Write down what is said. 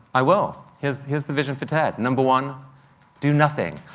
i will. here's here's the vision for ted. number one do nothing.